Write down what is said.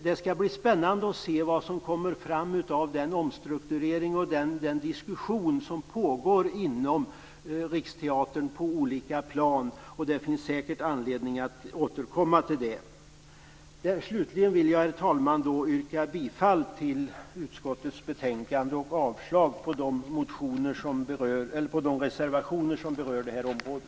Det skall bli spännande att se vad som kommer fram av den omstrukturering och den diskussion som på olika plan pågår inom Riksteatern. Det finns säkert anledning att återkomma till det. Slutligen yrkar jag, herr talman, bifall till hemställan i kulturutskottets betänkande och avslag på de reservationer som berör detta område.